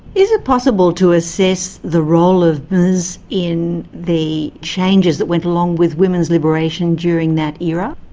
is it possible to assess the role of ms in the changes that went along with women's liberation during that era?